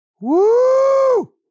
Woo